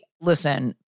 listen